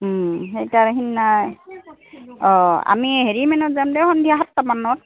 সেইকাৰণে সিন্নাই অঁ আমি হেৰি মানত যাম দে সন্ধিয়া সাতটামানত